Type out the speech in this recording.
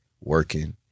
working